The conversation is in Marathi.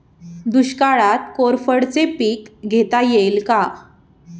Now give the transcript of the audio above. दुष्काळात कोरफडचे पीक घेता येईल का?